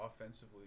offensively